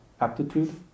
aptitude